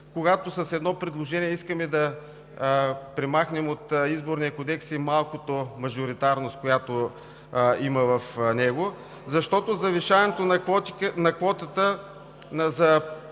когато с едно предложение искаме да премахнем от Изборния кодекс и малкото мажоритарност, която има в него, защото завишаването на квотата за